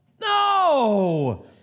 No